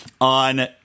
on